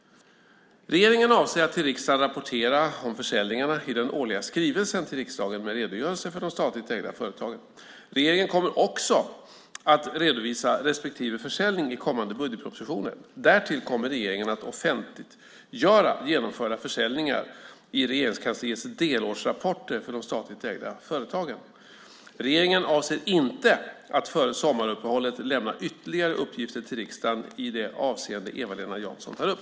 Regeringen avser att till riksdagen rapportera om försäljningarna i den årliga skrivelsen till riksdagen med redogörelse för de statligt ägda företagen. Regeringen kommer också att redovisa respektive försäljning i kommande budgetpropositioner. Därtill kommer regeringen att offentliggöra genomförda försäljningar i Regeringskansliets delårsrapporter för de statligt ägda företagen. Regeringen avser inte att före sommaruppehållet lämna ytterligare uppgifter till riksdagen i det avseende Eva-Lena Jansson tar upp.